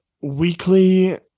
weekly